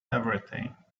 everything